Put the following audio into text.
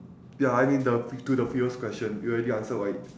ya I mean the to the previous question you already answer right